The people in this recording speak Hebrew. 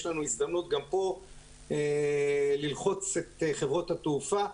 יש לנו הזדמנות גם פה ללחוץ את חברות התעופה.